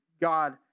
God